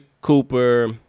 Cooper